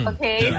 Okay